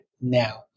now